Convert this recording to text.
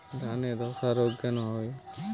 ধানে ধসা রোগ কেন হয়?